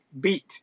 beat